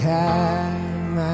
time